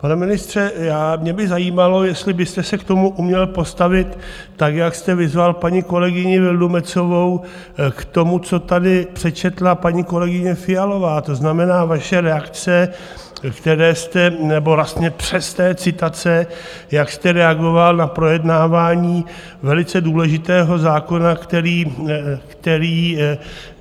Pane ministře, mě by zajímalo, jestli byste se k tomu uměl postavit, tak jak jste vyzval paní kolegyni Vildumetzovou, k tomu, co tady přečetla paní kolegyně Fialová, to znamená vaše reakce, které jste, nebo vlastně přesné citace, jak jste reagoval na projednávání velice důležitého zákona, který